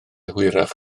hwyrach